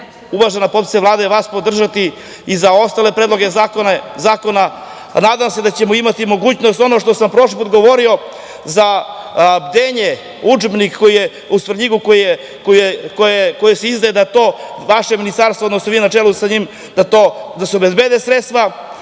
uvažena potpredsednice Vlade, vas podržati i za ostale predloge zakona. Nadam se da ćemo imati mogućnosti, ono što sam prošli put govorio, za "Bdenje", udžbenik u Svrljigu koji se izdaje, da to vaše ministarstvo, odnosno vi na čelu sa njim, da se obezbede sredstva.